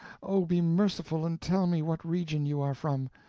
oh, be merciful and tell me what region you are from.